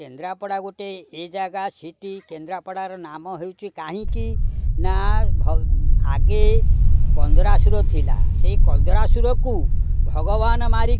କେନ୍ଦ୍ରାପଡ଼ା ଗୋଟେ ଏ ଜାଗା ସି ଟି କେନ୍ଦ୍ରାପଡ଼ାର ନାମ ହେଉଛି କାହିଁକି ନା ଆଗେ କନ୍ଦରାସୁର ଥିଲା ସେଇ କନ୍ଦରାସୁରକୁ ଭଗବାନ ମାରି